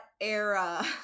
era